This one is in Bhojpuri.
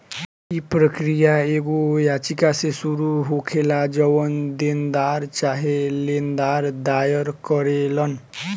इ प्रक्रिया एगो याचिका से शुरू होखेला जवन देनदार चाहे लेनदार दायर करेलन